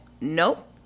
Nope